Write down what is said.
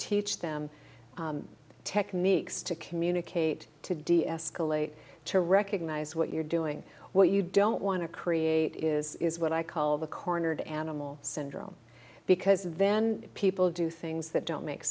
teach them techniques to communicate to deescalate to recognize what you're doing what you don't want to create is what i call the cornered animal syndrome because then people do things that don't make